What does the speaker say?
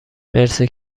مرسی